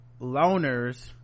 loners